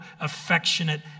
affectionate